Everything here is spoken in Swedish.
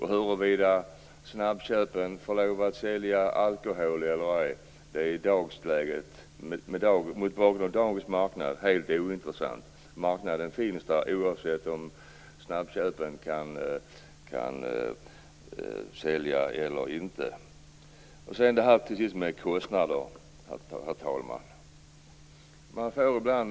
Huruvida snabbköpen skall få lov att sälja alkohol eller ej är mot bakgrund av dagens marknad helt ointressant. Marknaden finns där oavsett om snabbköpen kan sälja eller inte. Sedan till frågan om kostnader, herr talman.